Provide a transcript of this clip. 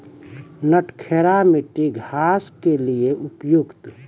नटखेरा मिट्टी घास के लिए उपयुक्त?